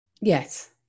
Yes